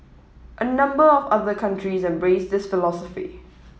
a number of other countries embrace this philosophy